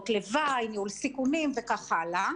הלוואי, ניהול סיכונים, וכך הלאה.